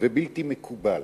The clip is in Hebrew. ובלתי מקובל,